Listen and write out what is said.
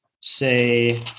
say